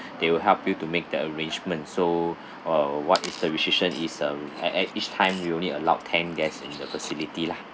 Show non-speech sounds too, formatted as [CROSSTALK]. [BREATH] they will help you to make the arrangement so [BREATH] uh what is the restriction is a at at each time you are only allowed ten guests in the facility lah